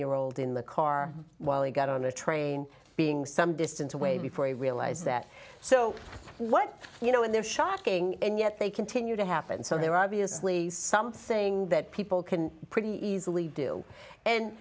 year old in the car while he got on a train being some distance away before he realized that so what you know and there shocking and yet they continue to happen so they're obviously something that people can pretty easily do and